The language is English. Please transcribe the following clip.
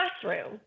classroom